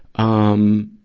um,